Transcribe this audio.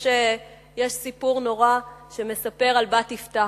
יש סיפור נורא, שמספר על בת יפתח,